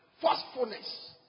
forcefulness